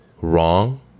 wrong